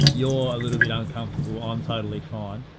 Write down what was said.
you're a little bit uncomfortable, i'm totally fine.